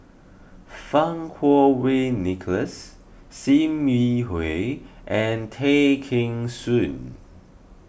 Fang Kuo Wei Nicholas Sim Yi Hui and Tay Kheng Soon